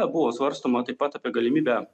buvo svarstoma taip pat apie galimybę